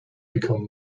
become